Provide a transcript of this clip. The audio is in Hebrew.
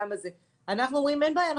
אין בעיה,